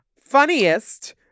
Funniest